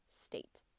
state